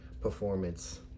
performance